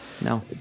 no